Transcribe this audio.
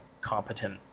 competent